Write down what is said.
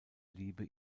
liebe